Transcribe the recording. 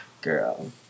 Girl